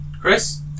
Chris